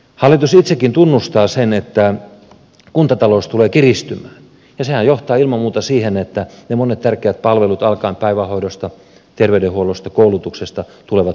hallitus itsekin tunnustaa sen että kuntatalous tulee kiristymään ja sehän johtaa ilman muuta siihen että monet tärkeät palvelut alkaen päivähoidosta terveydenhuollosta ja koulutuksesta tulevat supistumaan